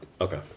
Okay